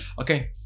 Okay